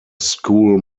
school